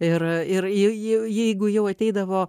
ir ir jeigu jau ateidavo